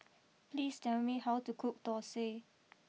please tell me how to cook Thosai